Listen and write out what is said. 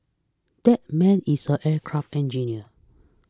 that man is an aircraft engineer